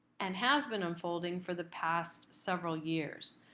and has been unfolding for the past several years.